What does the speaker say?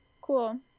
Cool